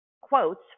quotes